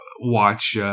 watch